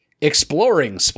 Exploring